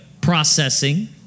processing